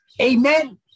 Amen